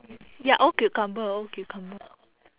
ya old cucumber old cucumber